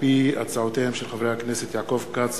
הצעתם של חברי הכנסת יעקב כץ,